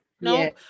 No